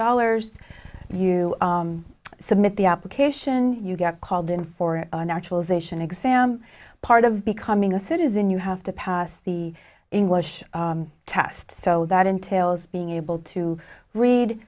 dollars you submit the application you get called in for an actual ization exam part of becoming a citizen you have to pass the english test so that entails being able to read